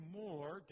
more